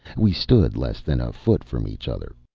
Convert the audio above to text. we stood less than a foot from each other.